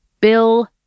Bill